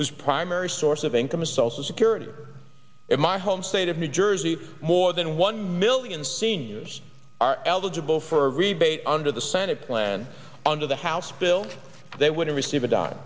whose primary source of income is social security or in my home state of new jersey more than one million seniors are eligible for a rebate under the senate plan under the house bill they wouldn't receive a d